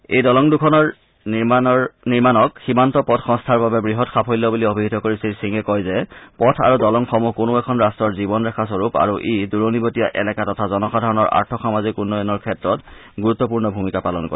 এই দলং দুখনৰ নিৰ্মণক সীমান্ত পথ সংস্থাৰ বাবে বৃহৎ সাফল্য বুলি অভিহিত কৰি শ্ৰী সিঙে কয় যে পথ আৰু দলংসমূহ কোনো এখন ৰাট্টৰ জীৱন ৰেখা স্বৰূপ আৰু ই দূৰণিবটীয়া এলেকা তথা জনসাধাৰণৰ আৰ্থসামাজিক উন্নয়নৰ ক্ষেত্ৰত গুৰুত্পূৰ্ণ ভূমিকা পালন কৰে